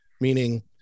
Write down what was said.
meaning